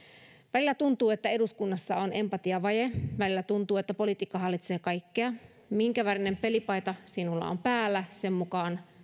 välillä tuntuu että eduskunnassa on empatiavaje välillä tuntuu että politiikka hallitsee kaikkea minkä värinen pelipaita sinulla on päällä sen mukaan